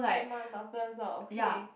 stepmum's daughter's dog okay